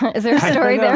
is there a story there?